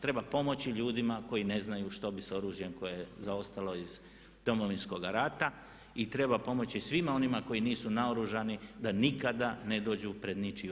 Treba pomoći ljudima koji ne znaju što bi sa oružjem koje je zaostalo iz Domovinskoga rata i treba pomoći svima onima koji nisu naoružani da nikada ne dođu pred ničiju cijev.